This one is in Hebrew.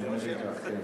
אני מבין כך, כן.